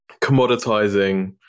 commoditizing